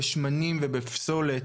בשמנים ובפסולת.